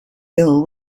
bill